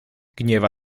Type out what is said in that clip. gniewa